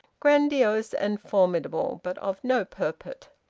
grandiose and formidable, but of no purport.